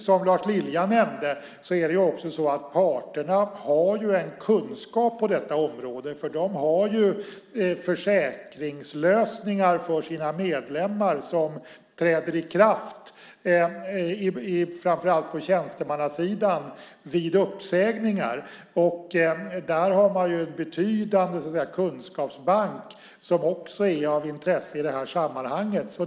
Som Lars Lilja nämnde är det också så att parterna har en kunskap på detta område, för de har ju försäkringslösningar för sina medlemmar som träder i kraft vid uppsägningar, framför allt på tjänstemannasidan. Där har man en betydande kunskapsbank som också är av intresse i detta sammanhang.